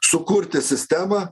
sukurti sistemą